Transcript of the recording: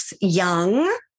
young